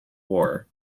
war